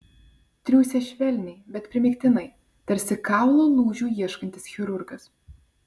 triūsė švelniai bet primygtinai tarsi kaulo lūžių ieškantis chirurgas